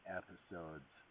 episodes